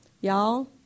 Y'all